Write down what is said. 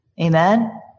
Amen